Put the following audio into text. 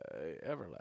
Everlast